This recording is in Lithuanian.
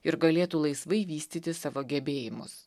ir galėtų laisvai vystyti savo gebėjimus